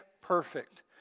perfect